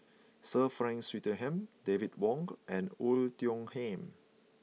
Sir Frank Swettenham David Wong and Oei Tiong Ham